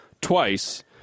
twice